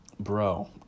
bro